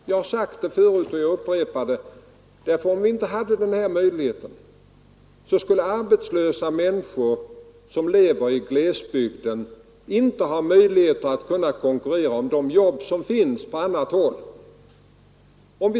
Jag har sagt det förut och jag vill upprepa det: Om denna möjlighet inte fanns skulle arbetslösa människor som lever i glesbygden inte ha möjlighet att konkurrera om de jobb som finns på annat håll.